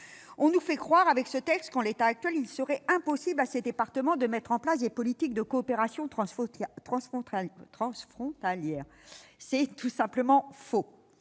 on nous fait croire, avec ce texte, qu'en l'état actuel il serait impossible à ces départements de mettre en place des politiques de coopérations transfrontalières. C'est tout simplement faux